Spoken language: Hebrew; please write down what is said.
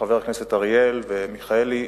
חבר הכנסת אריאל ומיכאלי,